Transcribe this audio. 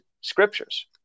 scriptures